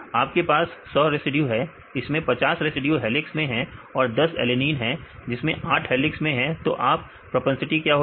आपके पास 100 रेसिड्यू है इसमें 50 रेसिड्यू हेलिक्स मैं हैं और 10 एलेनिन है जिसमें 8 हेलिक्स में है तो इसकी प्रोपेंसिटी क्या होगी